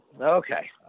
Okay